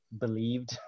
believed